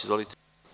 Izvolite.